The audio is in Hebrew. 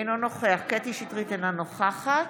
אינו נוכח קטי קטרין שטרית, אינה נוכחת